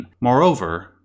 Moreover